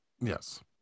Yes